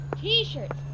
T-shirts